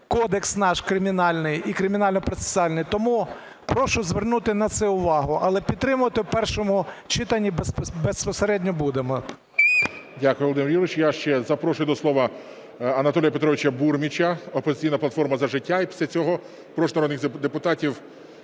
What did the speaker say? Кодекс наш кримінальний і кримінальний процесуальний, тому прошу звернути на це увагу. Але підтримувати в першому читанні безпосередньо будемо. ГОЛОВУЮЧИЙ. Дякую, Володимир Юрійович. Я ще запрошую до слова Анатолія Петровича Бурміча, "Опозиційна платформа – За життя". І після цього прошу народних депутатів